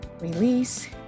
release